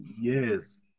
Yes